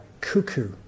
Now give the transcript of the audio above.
cuckoo